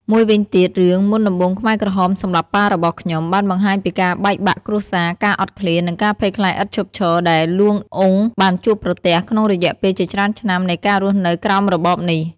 មួយវិញទៀតរឿង មុនដំបូងខ្មែរក្រហមសម្លាប់ប៉ារបស់ខ្ញុំ បានបង្ហាញពីការបែកបាក់គ្រួសារ ការអត់ឃ្លាន និងការភ័យខ្លាចឥតឈប់ឈរដែល លួង អ៊ុង បានជួបប្រទះក្នុងរយៈពេលជាច្រើនឆ្នាំនៃការរស់នៅក្រោមរបបនេះ។